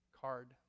card